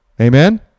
Amen